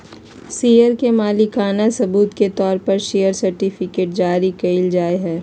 share के मालिकाना सबूत के तौर पर शेयर सर्टिफिकेट्स जारी कइल जाय हइ